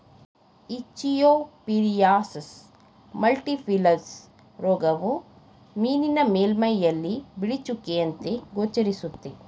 Ichthyophthirius multifiliis ರೋಗವು ಮೀನಿನ ಮೇಲ್ಮೈಯಲ್ಲಿ ಬಿಳಿ ಚುಕ್ಕೆಯಂತೆ ಗೋಚರಿಸುತ್ತೆ